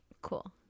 cool